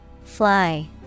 Fly